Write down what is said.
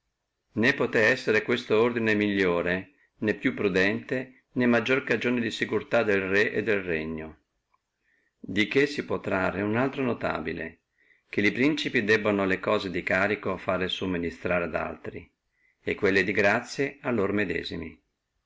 né poté essere questo ordine migliore né più prudente né che sia maggiore cagione della securtà del re e del regno di che si può trarre un altro notabile che li principi debbono le cose di carico fare sumministrare ad altri quelle di grazia a loro medesimi